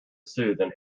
soothe